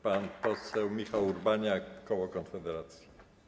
Pan poseł Michał Urbaniak, koło Konfederacja.